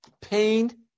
pain